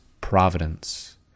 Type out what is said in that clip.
providence